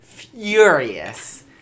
furious